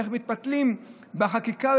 איך מתפתלים בחקיקה,